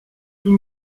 tout